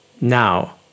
Now